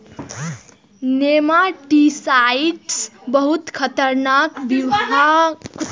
nematicides बहुत खतरनाक बिखाह पदार्थ होइ छै